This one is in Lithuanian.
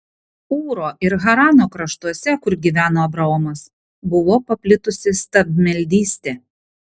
ūro ir harano kraštuose kur gyveno abraomas buvo paplitusi stabmeldystė